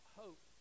hope